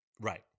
Right